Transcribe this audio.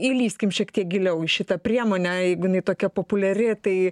įlįskim šiek tiek giliau į šitą priemonę jeigu jinai tokia populiari tai